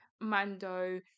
Mando